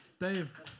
Dave